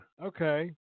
okay